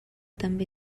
també